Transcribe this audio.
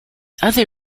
other